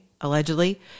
allegedly